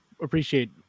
appreciate